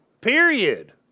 Period